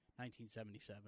1977